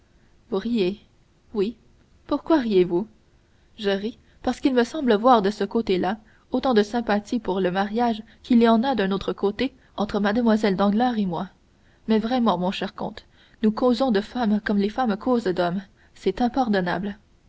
riez oui pourquoi riez vous je ris parce qu'il me semble voir de ce côté-là autant de sympathie pour le mariage qu'il y en a d'un autre côté entre mlle danglars et moi mais vraiment mon cher comte nous causons de femmes comme les femmes causent d'hommes c'est impardonnable